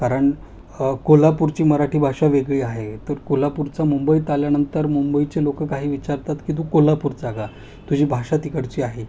कारण कोल्हापूरची मराठी भाषा वेगळी आहे तर कोल्हापूरचा मुंबईत आल्यानंतर मुंबईचे लोकं काही विचारतात की तू कोल्हापूरचा का तुझी भाषा तिकडची आहे